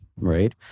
Right